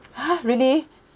!huh! really